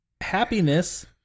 happiness